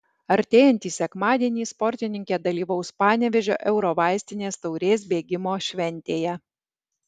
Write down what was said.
artėjantį sekmadienį sportininkė dalyvaus panevėžio eurovaistinės taurės bėgimo šventėje